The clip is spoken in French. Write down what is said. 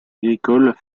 agricoles